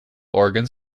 organs